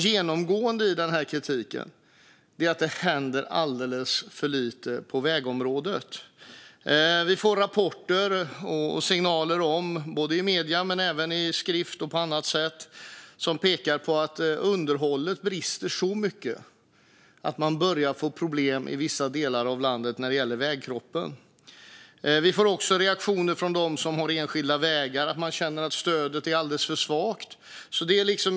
Genomgående i denna kritik är att det händer alldeles för lite på vägområdet. I medier, i skrift och på annat sätt får vi rapporter och signaler som pekar på att underhållet brister så mycket att man i vissa delar av landet börjar få problem när det gäller vägkroppen. Vi får också reaktioner från dem som har enskilda vägar; de känner att stödet är alldeles för svagt.